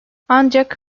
ancak